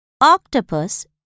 Octopus